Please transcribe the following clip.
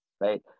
right